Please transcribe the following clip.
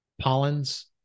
pollens